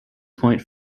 point